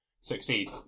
succeed